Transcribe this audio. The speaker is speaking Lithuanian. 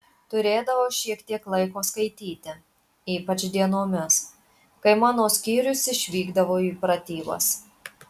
turėdavau šiek tiek laiko skaityti ypač dienomis kai mano skyrius išvykdavo į pratybas